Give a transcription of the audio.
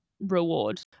reward